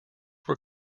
were